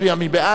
מי נגד?